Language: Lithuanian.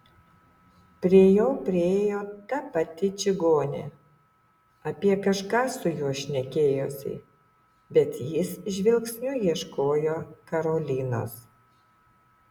prie jo priėjo ta pati čigonė apie kažką su juo šnekėjosi bet jis žvilgsniu ieškojo karolinos